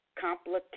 complicated